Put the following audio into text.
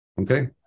Okay